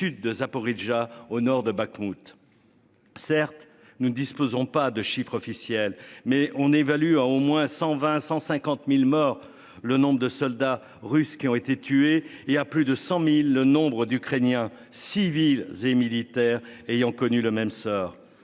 de Zaporijjia au nord de Bakhmout. Certes nous ne disposons pas de chiffres officiels, mais on évalue à au moins 120 150.000 morts le nombre de soldats russes qui ont été tués et à plus de 100.000 le nombre d'Ukrainiens, civils et militaires ayant connu le même sort.